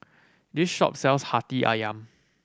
this shop sells Hati Ayam